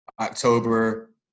October